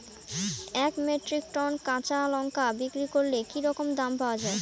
এক metric ton কাঁচা লঙ্কা বিক্রি করলে কি রকম দাম পাওয়া যাবে?